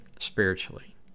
spiritually